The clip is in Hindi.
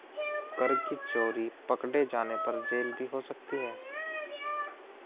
कर की चोरी पकडे़ जाने पर जेल भी हो सकती है